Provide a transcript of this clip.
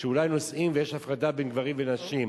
שאולי נוסעים ויש הפרדה בין גברים לנשים.